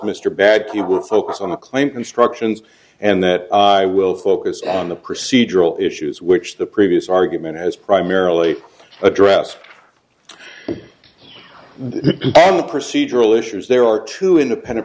would focus on the claim constructions and that i will focus on the procedural issues which the previous argument has primarily addressed on the procedural issues there are two independent